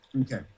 Okay